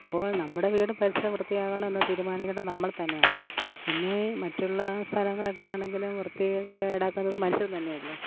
അപ്പോൾ നമ്മുടെ വീടും പരിസരവും വൃത്തിയാകണമെന്ന് തീരുമാനിക്കേണ്ട നമ്മൾ തന്നെയാണ് പിന്നെ മറ്റുള്ള സ്ഥലങ്ങളൊക്കെയാണെങ്കിൽ വൃത്തികേടാക്കുന്നത് മനുഷ്യൻ തന്നെയല്ലേ